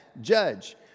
judge